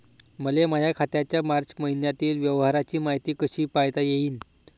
मले माया खात्याच्या मार्च मईन्यातील व्यवहाराची मायती कशी पायता येईन?